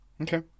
Okay